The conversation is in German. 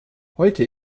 heute